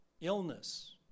illness